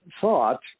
thought